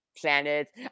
Planet